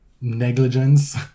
negligence